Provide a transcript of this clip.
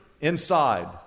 inside